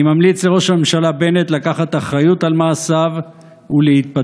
אני ממליץ לראש הממשלה בנט לקחת אחריות על מעשיו ולהתפטר.